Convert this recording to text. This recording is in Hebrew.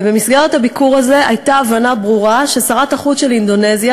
ובמסגרת הביקור הזה הייתה הבנה ברורה שהביקור של שרת החוץ של אינדונזיה,